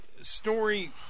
story